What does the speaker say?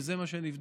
וזה מה שנבדק,